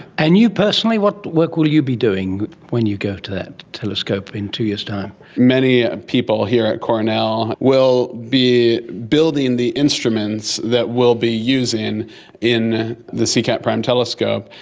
and you personally, what work will you be doing when you go to that telescope in two years' time? many people here at cornell will be building the instruments that we'll be using in the ccat-prime telescope,